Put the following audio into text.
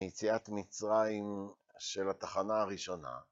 יציאת מצרים של התחנה הראשונה.